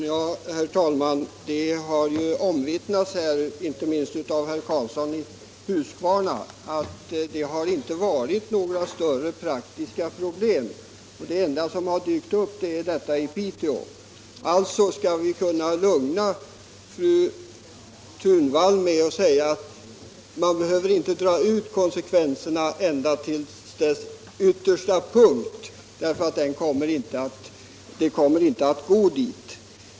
Herr talman! Det har omvittnats här, inte minst av herr Karlsson i Huskvarna, att det inte har varit några större praktiska problem. Det enda som dykt upp är fallet i Piteå. Alltså skall vi kunna lugna fru Thunvall med att säga att man inte behöver dra ut konsekvenserna ända till deras yttersta punkt, därför att det hela inte kommer att gå dithän.